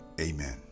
Amen